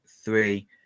three